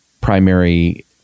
primary